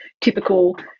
typical